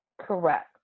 Correct